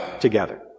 together